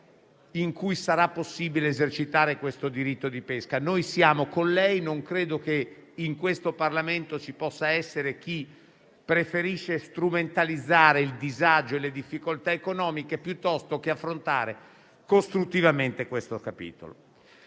in cui sarà possibile esercitare questo diritto di pesca. Noi siamo con lei, non credo che nel Parlamento ci possa essere chi preferisce strumentalizzare il disagio e le difficoltà economiche piuttosto che affrontare costruttivamente questo capitolo.